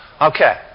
Okay